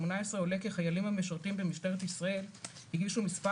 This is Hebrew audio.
עולה כי חיילים המשרתים במשטרת ישראל הגישו מספר